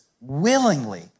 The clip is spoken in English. willingly